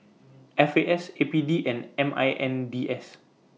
F A S A P D and M I N D S